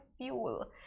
fuel